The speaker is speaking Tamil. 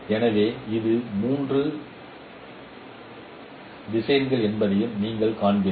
எனவே இது 3 திசையன் என்பதையும் நீங்கள் காண்கிறீர்கள்